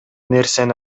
нерсени